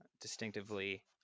distinctively